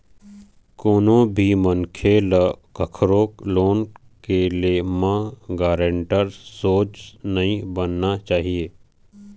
कोनो भी मनखे ल कखरो लोन के ले म गारेंटर सोझ नइ बनना चाही